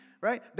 right